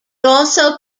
also